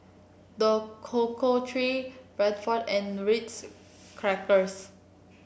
The Cocoa Tree Bradford and Ritz Crackers